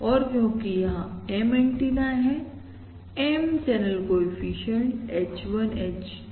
और क्योंकि यहां M एंटीना है M channel coefficient H1 H2 up to HM है